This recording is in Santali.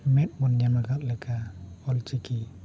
ᱢᱮᱸᱫ ᱵᱚᱱ ᱧᱟᱢ ᱟᱠᱟᱫ ᱞᱮᱠᱟ ᱚᱞᱪᱤᱠᱤ